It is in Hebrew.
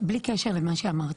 בלי קשר למה שאמרתי,